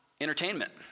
entertainment